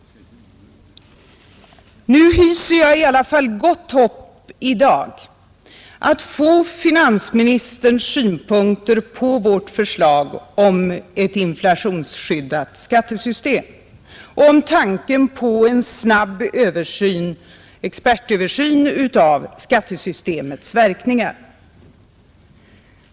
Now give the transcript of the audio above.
Nu hyser jag i alla fall gott hopp om att i dag få finansministerns synpunkter på vårt förslag om ett inflationsskyddat skattesystem och tanken på en snabb expertöversyn av skattesystemets verkningar.